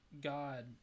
god